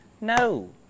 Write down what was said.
No